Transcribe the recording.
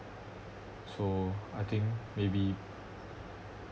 so I think maybe